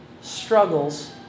struggles